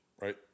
right